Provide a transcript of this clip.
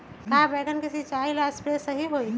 का बैगन के सिचाई ला सप्रे सही होई?